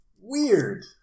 Weird